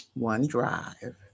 OneDrive